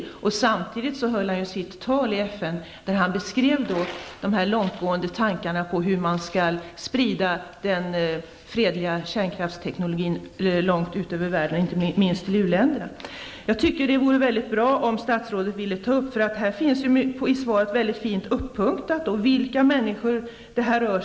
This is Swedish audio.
I detta sammanhang höll han sitt tal i FN där han beskrev de långtgående tankarna på hur man skall sprida den fredliga kärnkraftsteknologin ut i världen, inte minst till uländerna. Jag tycker att det vore mycket bra om statsrådet ville ta upp den här frågan. I svaret finns redovisat vilka människor det här rör.